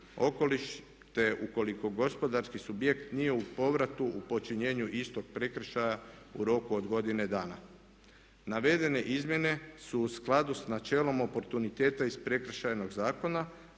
okoliš te ukoliko gospodarski subjekt nije u povratu u počinjenju istog prekršaja u roku od godine dana. Navedene izmjene su u skladu sa načelom oportuniteta iz Prekršajnog zakona,